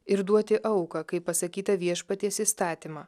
ir duoti auką kaip pasakyta viešpaties įstatymą